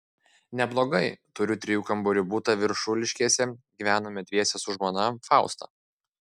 neblogai turiu trijų kambarių butą viršuliškėse gyvename dviese su žmona fausta